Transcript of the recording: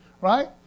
right